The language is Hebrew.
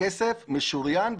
הכסף משוריין,